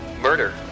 Murder